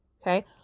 okay